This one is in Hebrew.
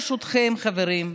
ברשותכם חברים,